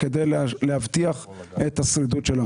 כדי להבטיח את השרידות של המערכת.